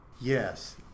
Yes